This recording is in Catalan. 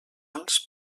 als